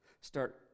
start